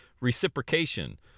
reciprocation